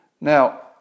Now